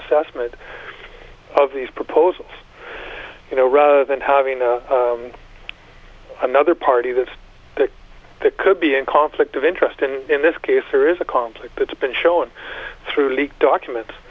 assessment of these proposals you know rather than having another party that's the that could be in conflict of interest and in this case there is a conflict that's been shown through leaked documents